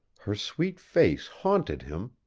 her sweet face haunted him.